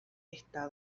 está